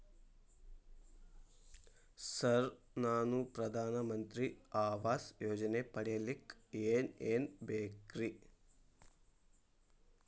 Sir ನಾನು ಪ್ರಧಾನ ಮಂತ್ರಿ ಆವಾಸ್ ಯೋಜನೆ ಪಡಿಯಲ್ಲಿಕ್ಕ್ ಏನ್ ಏನ್ ಬೇಕ್ರಿ?